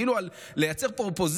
כאילו על לייצר פה אופוזיציה,